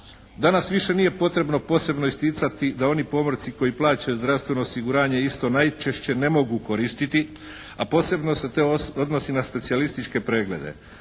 Danas više nije potrebno posebno isticati da oni pomorci koji plaćaju zdravstveno osiguranje isto najčešće ne mogu koristiti, a posebno se to odnosi na specijalističke preglede.